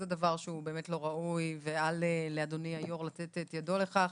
זה דבר שהוא באמת לא ראוי ואל לאדוני היו"ר לתת את ידו לכך.